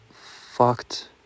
fucked